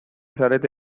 zarete